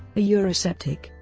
a eurosceptic,